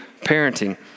parenting